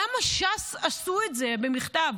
למה ש"ס עשו את זה במכתב?